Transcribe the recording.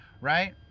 right